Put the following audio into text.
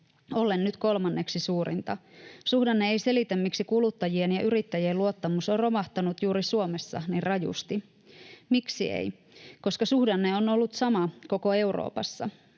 ollen nyt kolmanneksi suurinta. Suhdanne ei selitä, miksi kuluttajien ja yrittäjien luottamus on romahtanut juuri Suomessa niin rajusti. Miksi ei? Koska suhdanne on ollut sama koko Euroopassa.